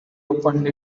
opened